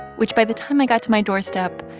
which, by the time i got to my doorstep,